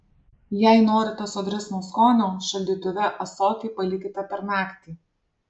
jei norite sodresnio skonio šaldytuve ąsotį palikite per naktį